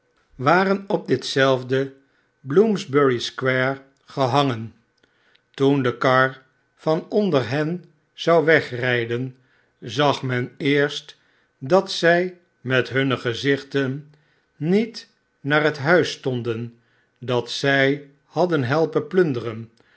waren op dit zelfde bloomsbury square gehangen toen de kar van onder hen zou wegrijden zag men eerst dat zij met hunne gezichten niet naar het huis stonden dat zij hadden helpen plunderen